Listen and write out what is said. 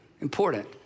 important